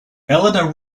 eleanor